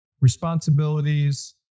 responsibilities